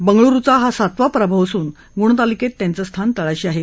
बंगळुरुचा हा सातवा पराभव असून गुणतालिकेत त्यांचं स्थान तळाशी आहे